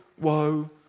woe